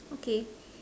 okay